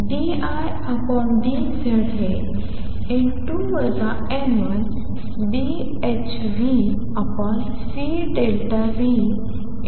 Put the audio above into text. d I d Z हे n2 n1BhνcI Iसमान आहे